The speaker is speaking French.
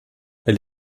elle